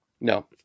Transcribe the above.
No